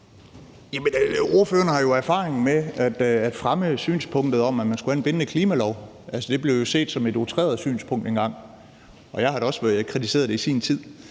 Ordføreren har jo erfaring med at fremme synspunktet om, at man skulle have en bindende klimalov. Altså, det blev set som et outreret synspunkt engang. Jeg har da også i sin tid